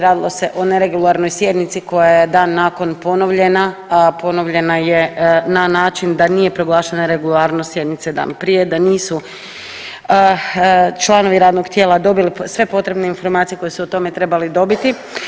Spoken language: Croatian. Radilo se o neregularnoj sjednici koja je dan nakon ponovljena, a ponovljena je na način da nije proglašena regularnost sjednice dan prije, da nisu članovi radnog tijela dobili sve potrebne informacije koje su o tome trebali dobiti.